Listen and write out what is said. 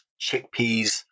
chickpeas